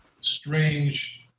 strange